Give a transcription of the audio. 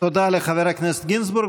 תודה לחבר הכנסת גינזבורג.